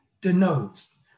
denotes